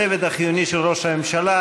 הצוות החיוני של ראש הממשלה,